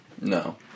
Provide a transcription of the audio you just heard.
No